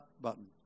button